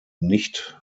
nicht